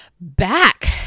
back